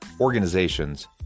organizations